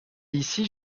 ici